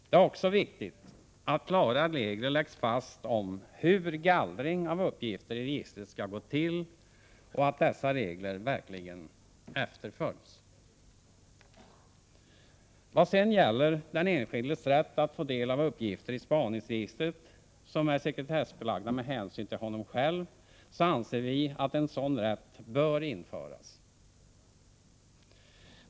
Det är också viktigt att klara regler läggs fast om hur gallring av uppgifter i registret skall gå till och att dessa regler verkligen efterföljs. Vad sedan gäller den enskildes rätt att få ta del av uppgifter i spaningsregistret, som är sekretessbelagda av hänsyn till honom själv, anser vi att en sådan rätt bör införas.